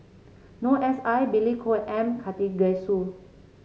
Noor S I Billy Koh and M Karthigesu